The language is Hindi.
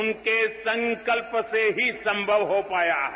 उनके संकल्प से ही संभव हो पाया है